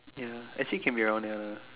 ya actually can be around there lah